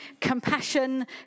compassion